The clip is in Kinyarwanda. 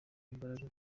imbaraga